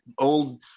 old